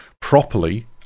properly